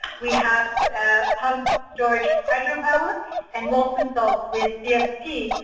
we have pumped storage hydropower and molten salts with cfp,